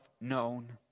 known